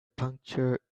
puncture